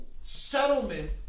settlement